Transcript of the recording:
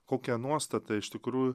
kokią nuostatą iš tikrų